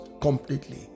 completely